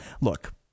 look